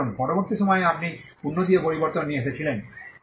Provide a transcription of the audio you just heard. কারণ পরবর্তী সময়ে আপনি উন্নতি ও পরিবর্তন নিয়ে এসেছিলেন